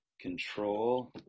control